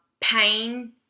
pain